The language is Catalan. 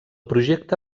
projecte